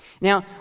Now